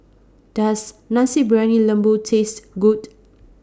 Does Nasi Briyani Lembu Taste Good